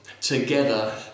Together